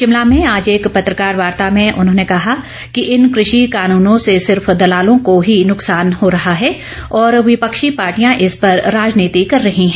शिमला में आज एक पत्रकार वार्ता में उन्होंने कहा कि इन कृषि कानूनों से सिर्फ दलालों को हीं नुकसान हो रहा है और विपक्षी पार्टियां इस पर राजनीति कर रही हैं